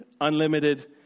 unlimited